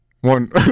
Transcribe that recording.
One